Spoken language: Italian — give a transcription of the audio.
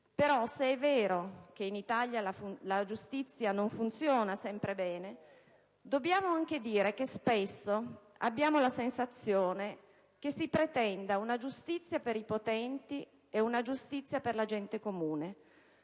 legge. Se è vero che in Italia la giustizia non funziona sempre bene, dobbiamo anche dire che spesso abbiamo la sensazione che si pretenda una giustizia per i potenti e una per la gente comune.